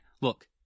Look